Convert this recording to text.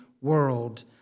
world